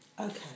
Okay